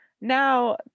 now